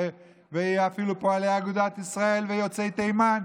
ושיהיו אפילו פועלי אגודת ישראל ויוצאי תימן,